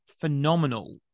phenomenal